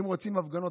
אם רוצים הפגנות,